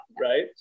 right